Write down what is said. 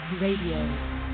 Radio